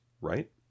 right